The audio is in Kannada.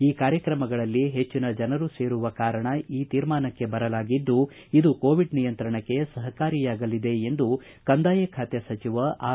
ಈ ಕಾರ್ಯಕ್ರಮಗಳಲ್ಲಿ ಹೆಚ್ಚಿನ ಜನರು ಸೇರುವ ಕಾರಣ ಈ ತೀರ್ಮಾನಕ್ಕೆ ಬರಲಾಗಿದ್ದು ಇದು ಕೋವಿಡ್ ನಿಯಂತ್ರಣಕ್ಕೆ ಸಪಕಾರಿಯಾಗಲಿದೆ ಎಂದು ಕಂದಾಯ ಖಾತೆ ಸಚಿವ ಆರ್